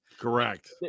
Correct